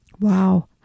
wow